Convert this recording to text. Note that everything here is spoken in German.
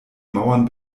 mauern